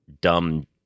dumb